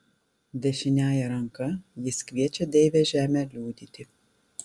dešiniąja ranka jis kviečia deivę žemę liudyti